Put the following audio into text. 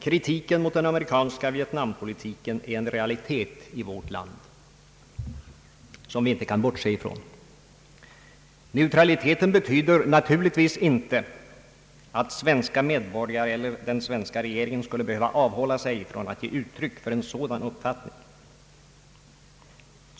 Kritiken mot den amerikanska Vietnampolitiken är en realitet i vårt land som vi inte kan bortse ifrån. Neutraliteten betyder naturligtvis inte att svenska medborgare eller den svenska regeringen skulle behöva avhålla sig från att ge uttryck åt en sådan uppfattning.